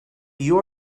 you